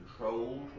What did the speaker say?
controlled